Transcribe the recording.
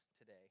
today